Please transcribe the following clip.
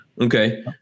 okay